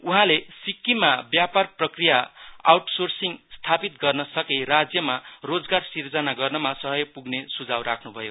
उहाँले सिक्किममा व्यापार प्रक्रिया आउटसोर्सिङ स्थापित गर्न सके राज्यमा रोजगार सिर्जना गर्नमा सहयोग पुग्ने सुझाउ राख्नु भयो